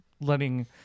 letting